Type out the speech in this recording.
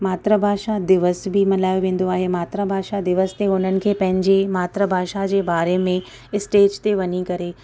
मात्र भाषा दिवस बि मल्हायो वेंदो आहे मात्रा भाषा दिवस ते हुननि खे पंहिंजे मात्र भाषा जे बारे में स्टेज ते वञी करे